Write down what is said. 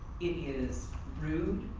it is rude.